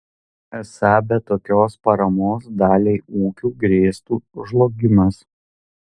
esą be tokios paramos daliai ūkių grėstų žlugimas